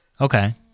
Okay